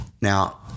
Now